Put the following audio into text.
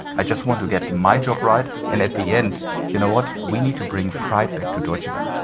i just want to get my job right. and at the end you know what? we need to bring pride back to deutsche bank